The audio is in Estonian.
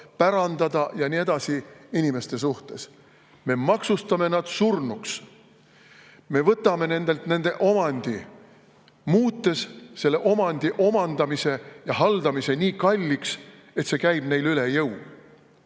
pärandada ja nii edasi [tahtvate] inimeste suhtes. Me maksustame nad surnuks. Me võtame nendelt nende omandi, muutes selle omandi omandamise ja haldamise nii kalliks, et see käib neile üle jõu.